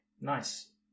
Nice